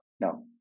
No